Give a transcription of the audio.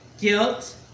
guilt